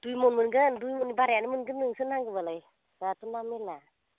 दुइ मन मोनगोन दुइ मननि बारायानो मोनगोन नोंसोर नांगौबालाय दाथ' ना मेरला